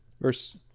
Verse